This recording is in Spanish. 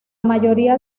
mayoría